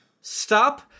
stop